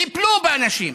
טיפלו באנשים,